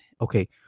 okay